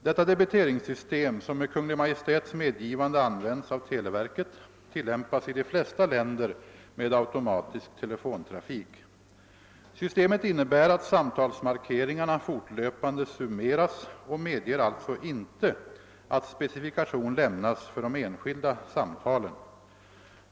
Detta debiteringssystem, som med Kungl. Maj:ts medgivande används av televerket, tillämpas i de flesta länder med automatisk telefonirafik. Systemet innebär att samtalsmarkeringarna fortlöpande summeras och medger alltså inte att specifikation lämnas för de enskilda samtalen.